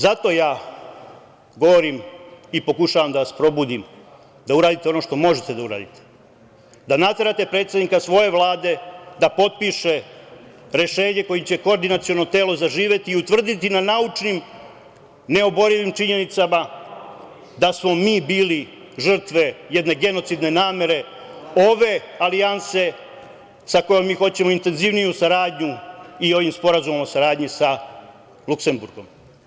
Zato ja govorim i pokušavam da vas probudim da uradite ono što možete da uradite, da naterate predsednika svoje Vlade da potpiše rešenje kojim će koordinaciono telo zaživeti i utvrditi na naučnim neoborivim činjenicama da smo mi bili žrtve jedne genocidne namere ove alijanse sa kojom mi hoćemo intenzivniju saradnju i ovim sporazumom o saradnji sa Luksemburgom.